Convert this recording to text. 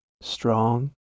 Strong